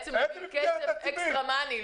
איזו מסגרת תקציבית?